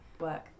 work